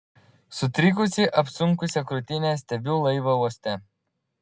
sutrikusi apsunkusia krūtine stebiu laivą uoste